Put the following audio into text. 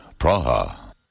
Praha